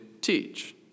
teach